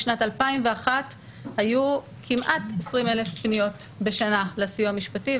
בשנת 2001 היו כמעט 20,000 פניות בשנה לסיוע המשפטי,